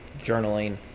journaling